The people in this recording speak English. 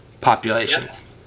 populations